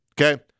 Okay